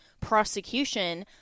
prosecution